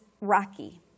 rocky